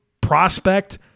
prospect